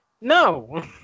No